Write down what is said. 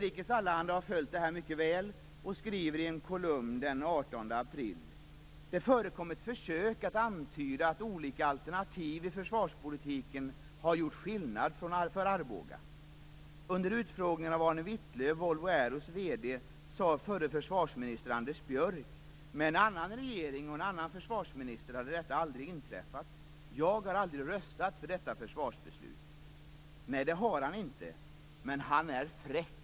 Nerikes Allehanda har följt detta mycket väl, och man skriver i en kolumn den 18 april: "Det förekom ett försök att antyda att olika alternativ i försvarspolitiken hade gjort skillnad för Arboga. Under utfrågningen av Arne Wittlöv, Volvo Aeros vd, sa förre försvarsminister Anders Björck att 'med en annan regering och en annan försvarsminister hade detta aldrig inträffat. Jag har aldrig röstat för detta försvarsbeslut.' Nej, det har han inte. Men han är fräck."